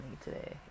today